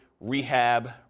rehab